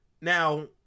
Now